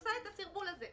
עושה את הסרבול הזה.